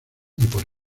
por